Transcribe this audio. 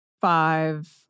five